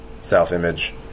self-image